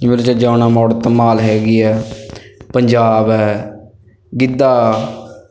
ਜਿਵੇਂ ਕਿ ਜਿਊਣਾ ਮੋੜ ਧਮਾਲ ਹੈਗੀ ਹੈ ਪੰਜਾਬ ਹੈ ਗਿੱਧਾ